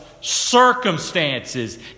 circumstances